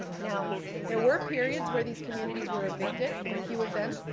now there were periods where these communities were evicted, a few of them.